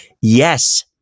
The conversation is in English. yes